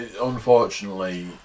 unfortunately